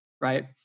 right